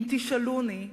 אם תשאלוני,